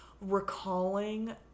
recalling